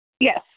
Yes